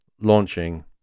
launching